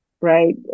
right